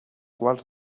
quals